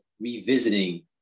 revisiting